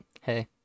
hey